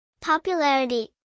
Popularity